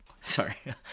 sorry